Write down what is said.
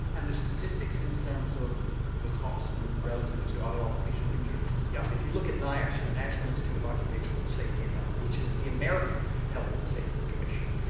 and the statistics in terms of the cost and relative to other occupational injuries? yeah, if you look at niosh, the national institute of occupational safety and health which is the american health and safety commission,